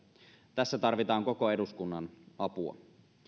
tässä tarvitaan koko eduskunnan apua